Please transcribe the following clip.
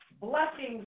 blessings